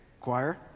choir